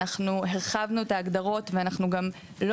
אנחנו הרחבנו את ההגדרות ואנחנו גם לא